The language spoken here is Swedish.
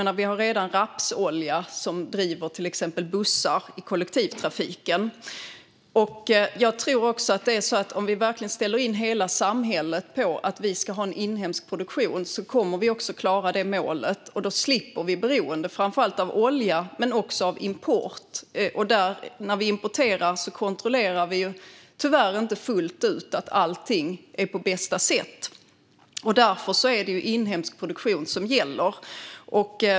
Vi har redan rapsolja, som driver till exempel bussar i kollektivtrafiken. Jag tror också att vi, om vi verkligen ställer in hela samhället på att vi ska ha en inhemsk produktion, kommer att klara det målet. Då slipper vi beroende av framför allt olja men också av import. När vi importerar kan vi tyvärr inte fullt ut kontrollera att allt är på bästa sätt. Därför är det inhemsk produktion som gäller.